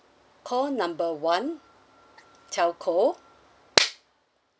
call number one telco